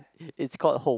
is called home